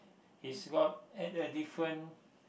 his rod at a different